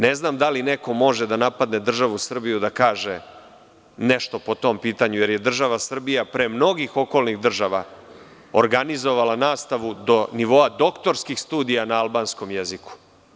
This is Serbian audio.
Ne znam da li neko može da napadne državu Srbiju i da kaže nešto po tom pitanju, jer je država Srbija pre mnogih okolnih država organizovala nastavu do nivoa doktorskih studija na albanskom jeziku.